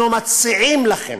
אנחנו מציעים לכם,